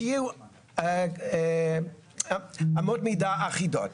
שיהיו אמות מידה אחידות.